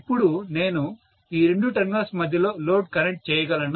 ఇప్పుడు నేను ఈ రెండు టెర్మినల్స్ మధ్యలో లోడ్ కనెక్ట్ చేయగలను